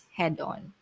head-on